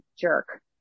jerk